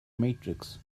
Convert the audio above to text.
matrix